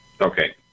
okay